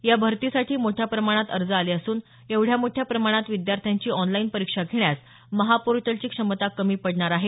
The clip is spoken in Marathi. या भरतीसाठी मोठ्या प्रमाणात अर्ज आले असून एवढ्या मोठ्या प्रमाणात विद्यार्थ्यांची ऑनलाईन परीक्षा घेण्यास महापोर्टलची क्षमता कमी पडणार आहे